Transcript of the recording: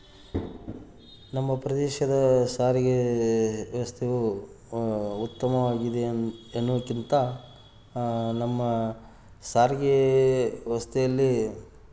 ನಮ್ಮ ಪ್ರದೇಶದ ಸಾರಿಗೆ ವ್ಯವಸ್ಥೆಯು ಉತ್ತಮವಾಗಿದೆ ಎನ್ನುವುದಕ್ಕಿಂತ ನಮ್ಮ ಸಾರಿಗೆ ವ್ಯವಸ್ಥೆಯಲ್ಲಿ